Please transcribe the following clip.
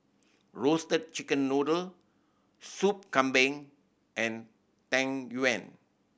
Roasted Chicken Noodle Sup Kambing and Tang Yuen